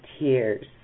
tears